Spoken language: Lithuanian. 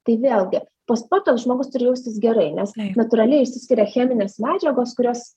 tai vėlgi po sporto žmogus turi jaustis gerai nes natūraliai išsiskiria cheminės medžiagos kurios